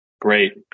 Great